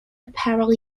apparel